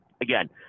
Again